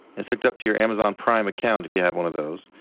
it's hooked up to your amazon prime account if you have one of those,